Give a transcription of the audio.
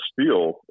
steel